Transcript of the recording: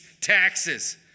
taxes